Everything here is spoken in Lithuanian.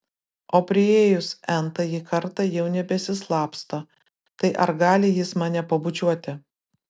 o priėjus n tąjį kartą jau nebesislapsto tai ar gali jis mane pabučiuoti